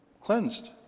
cleansed